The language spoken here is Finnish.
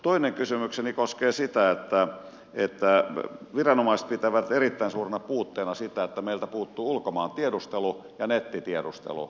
toinen kysymykseni koskee sitä että viranomaiset pitävät erittäin suurena puutteena sitä että meiltä puuttuu ulkomaantiedustelu ja nettitiedustelu